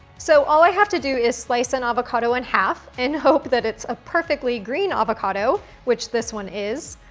so all i have to do is slice an and avocado in half and hope that it's a perfectly green avocado, which this one is,